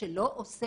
שלא עושה